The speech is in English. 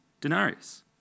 denarius